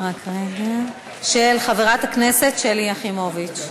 של חברת הכנסת שלי יחימוביץ.